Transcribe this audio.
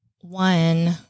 one